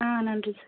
ஆ நன்றி சார்